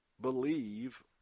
Believe